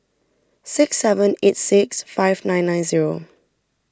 six seven eight six five nine nine zero